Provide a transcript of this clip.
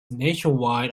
nationwide